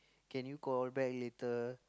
can you call back later